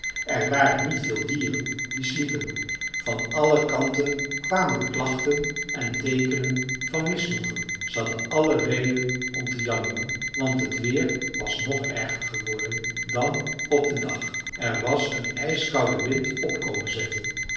er waren niet veel dieren die sliepen van alle kanten kwamen klachten en teekenen van misnoegen ze hadden alle reden om te jammeren want het weer was nog erger geworden dan op den dag er was een ijskoude wind op komen zetten